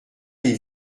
les